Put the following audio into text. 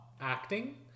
acting